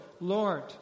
Lord